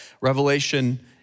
Revelation